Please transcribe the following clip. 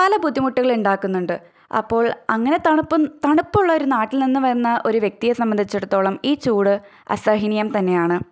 പല ബുദ്ധിമുട്ടുകൾ ഉണ്ടാക്കുന്നുണ്ട് അപ്പോൾ അങ്ങനെ തണുപ്പ് തണുപ്പുള്ള ഒരു നാട്ടിൽ നിന്ന് വന്ന ഒരു വ്യക്തിയെ സംബന്ധിച്ചിടത്തോളം ഈ ചൂട് അസഹനീയം തന്നെയാണ്